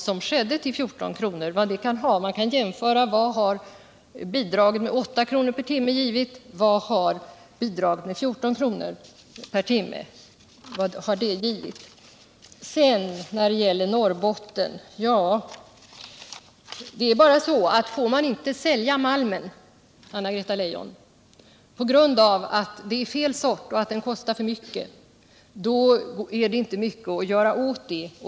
som skedde kommer att få. Man kan jämföra med det resultat som ett bidrag med 8 kr. givit. Så Norrbotten. Får man inte sälja malmen, Anna-Greta Leijon, på grund av att det är fel sort och på grund av att den kostar för mycket, då finns inte mycket att göra.